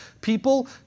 people